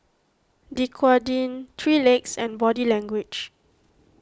Dequadin three Legs and Body Language